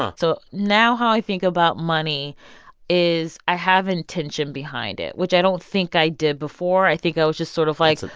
so now how i think about money is i have intention behind it, which i don't think i did before. i think i was just sort of like.